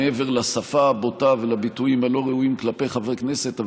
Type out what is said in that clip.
מעבר לשפה הבוטה ולביטויים הלא-ראויים כלפי חברי כנסת,